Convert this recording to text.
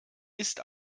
ist